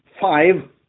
Five